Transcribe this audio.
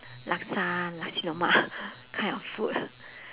laksa nasi lemak kind of food